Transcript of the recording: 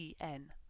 en